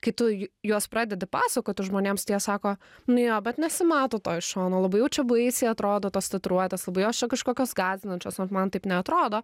kai tu juos pradedi pasakoti žmonėms tai jie sako nu jo bet nesimato to iš šono labai jau čia baisiai atrodo tos tatuiruotės labai jos čia kažkokios gąsdinančios nors man taip neatrodo